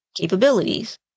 capabilities